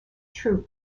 true